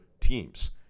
teams